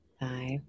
five